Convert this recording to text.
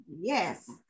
Yes